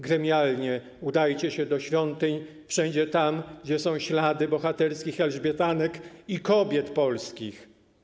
Gremialnie udajcie się do świątyń, wszędzie tam, gdzie są ślady bohaterskich elżbietanek i kobiet polskich.